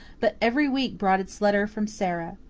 but every week brought its letter from sara.